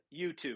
youtube